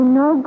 no